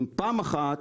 אם פעם אחת